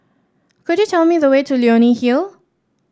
could you tell me the way to Leonie Hill